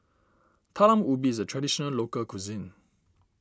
Talam Ubi is a Traditional Local Cuisine